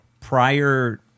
prior